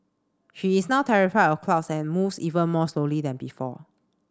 she is now terrified of crowds and moves even more slowly than before